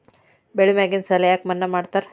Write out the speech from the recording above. ಬೆಳಿ ಮ್ಯಾಗಿನ ಸಾಲ ಯಾಕ ಮನ್ನಾ ಮಾಡ್ತಾರ?